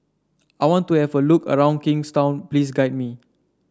I want to have a look around Kingstown please guide me